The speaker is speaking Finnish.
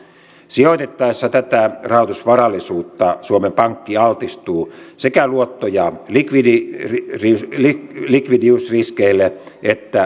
sijoitettaessa tätä rahoitusvarallisuutta suomen pankki altistuu sekä luotto ja likvidiysriskeille että markkinariskeille